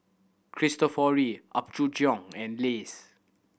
Cristofori Apgujeong and Lays